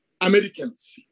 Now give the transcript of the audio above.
Americans